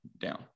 down